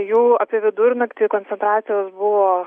jų apie vidurnaktį koncentracijos buvo